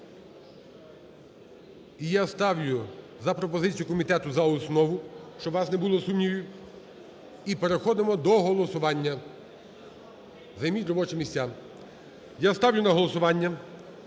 я ставлю за пропозицією комітету за основу, щоб у вас не було сумнівів, і переходимо до голосування, займіть робочі місця. Я ставлю на голосування